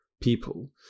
people